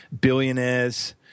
billionaires